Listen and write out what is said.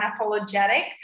unapologetic